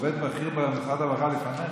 הוא עובד בכיר במשרד הרווחה לפניך.